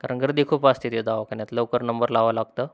कारण गर्दी खूप असते त्या दवाखान्यात लवकर नंबर लावावा लागतो